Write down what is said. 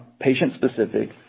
patient-specific